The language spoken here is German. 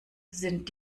sind